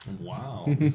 Wow